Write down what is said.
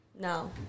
No